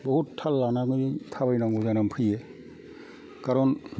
बहुद थाल लानानै थाबायनांगौ जाना फैयो खारन